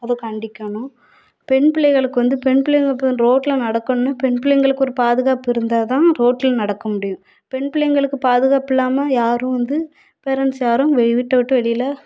அதை கண்டிக்கணும் பெண் பிள்ளைகளுக்கு வந்து பெண் பிள்ளைகள் இப்போ ரோட்டில் நடக்கணுன்னா பெண் பிள்ளைங்களுக்கு ஒரு பாதுகாப்பு இருந்தால் தான் ரோட்டில் நடக்க முடியும் பெண் பிள்ளைங்களுக்கு பாதுகாப்பு இல்லாமல் யாரும் வந்து பேரெண்ட்ஸ் யாரும் வீட்டை விட்டு வெளியில